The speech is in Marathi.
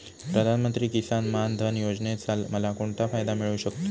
प्रधानमंत्री किसान मान धन योजनेचा मला कोणता फायदा मिळू शकतो?